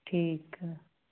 ਠੀਕ ਆ